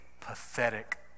pathetic